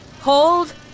Hold